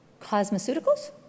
Cosmeceuticals